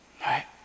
right